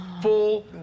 full